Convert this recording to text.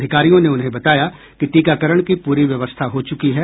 अधिकारियों ने उन्हें बताया कि टीकाकरण की पूरी व्यवस्था हो चूकी है